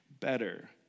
better